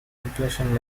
inflation